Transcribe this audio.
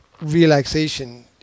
relaxation